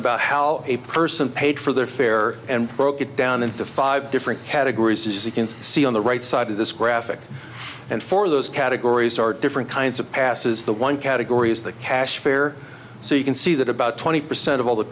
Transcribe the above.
about how a person paid for their fare and broke it down into five different categories as you can see on the right side of this graphic and for those categories are different kinds of passes the one category is the cash fare so you can see that about twenty percent of all the